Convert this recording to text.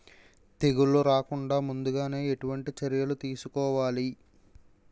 తెగుళ్ల రాకుండ ముందుగానే ఎటువంటి చర్యలు తీసుకోవాలి?